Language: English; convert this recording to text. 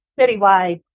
citywide